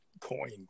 coin